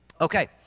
Okay